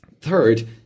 Third